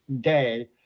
day